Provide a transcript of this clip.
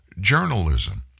journalism